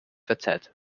verzerrt